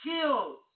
kills